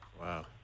Wow